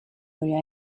korea